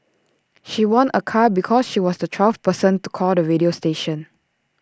she won A car because she was the twelfth person to call the radio station